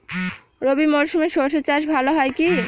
রবি মরশুমে সর্ষে চাস ভালো হয় কি?